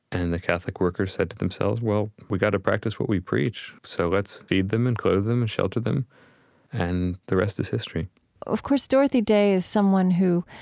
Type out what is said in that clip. and the catholic worker said to themselves, well, we got to practice what we preach. so let's feed them and clothe them and shelter them and the rest is history of course, dorothy day is someone who,